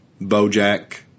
BoJack